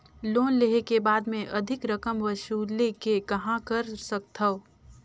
Loan लेहे के बाद मे अधिक रकम वसूले के कहां कर सकथव?